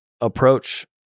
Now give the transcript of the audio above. approach